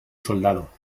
soldado